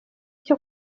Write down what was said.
cyo